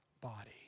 body